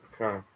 Okay